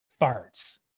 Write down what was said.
farts